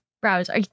browser